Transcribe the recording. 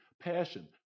passion